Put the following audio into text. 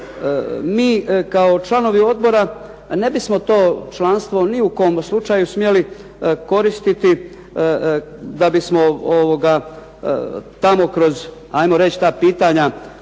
mi kao članovi odbora ne bismo to članstvo ni u kom slučaju smjeli koristiti da bismo tamo kroz 'ajmo reći ta pitanja